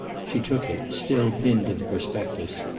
she took it, still pinned to the prospectus,